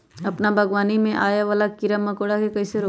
अपना बागवानी में आबे वाला किरा मकोरा के कईसे रोकी?